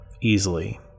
easily